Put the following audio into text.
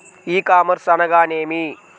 E commerce అనగా నేమి?